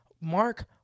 Mark